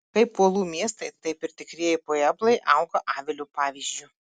kaip uolų miestai taip ir tikrieji pueblai auga avilio pavyzdžiu